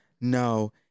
no